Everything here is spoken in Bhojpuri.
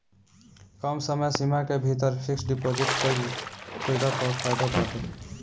कम समय सीमा के भीतर फिक्स डिपाजिट कईला पअ फायदा बाटे